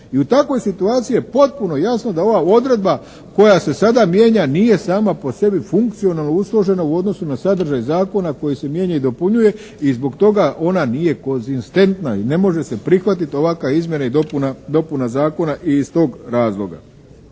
i u takvoj situaciji je potpuno jasno da ova odredba koja se sada mijenja nije sama po sebi funkcionalno usložena u odnosu na sadržaj zakona koji se mijenja i dopunjuje i zbog toga ona nije konzistentna i ne može se prihvatiti ovakva izmjena i dopuna Zakona i iz tog razloga.